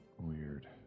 Weird